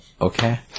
Okay